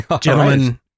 Gentlemen